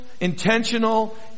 intentional